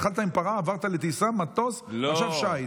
התחלת עם פרה, עברת למטוס ועכשיו שיט.